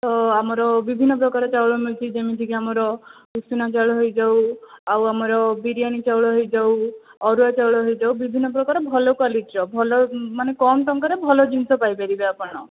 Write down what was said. ତ ଆମର ବିଭିନ୍ନ ପ୍ରକାର ଚାଉଳ ମିଳୁଛି ଯେମିତି ଆମର ଉଷୁନା ଚାଉଳ ହୋଇଯାଉ ଆଉ ଆମର ବିରିୟାନୀ ଚାଉଳ ହୋଇଯାଉ ଅରୁଆ ଚାଉଳ ହୋଇଯାଉ ବିଭିନ୍ନ ପ୍ରକାର ଭଲ କ୍ୱାଲିଟି ର ଭଲ ମାନେ କମ୍ ଟଙ୍କାରେ ଭଲ ଜିନିଷ ପାଇପାରିବେ ଆପଣ